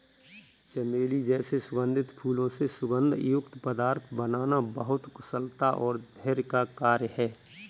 चमेली जैसे सुगंधित फूलों से सुगंध युक्त पदार्थ बनाना बहुत कुशलता और धैर्य का कार्य है